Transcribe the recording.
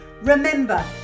Remember